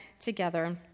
together